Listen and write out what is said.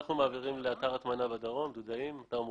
אנחנו מעבירים 30% לדודאים, שזה אתר מורשה.